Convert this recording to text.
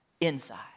inside